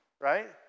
right